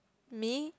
me